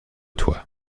toi